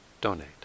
donate